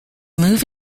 move